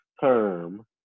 term